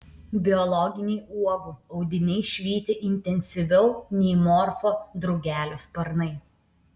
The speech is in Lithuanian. biologiniai uogų audiniai švyti intensyviau nei morfo drugelio sparnai